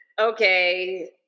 Okay